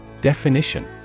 Definition